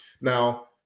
now